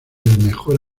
mejor